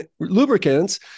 lubricants